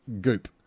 goop